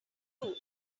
clue